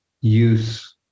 use